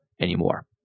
anymore